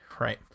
right